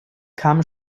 kamen